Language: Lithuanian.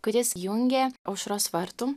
kuris jungė aušros vartų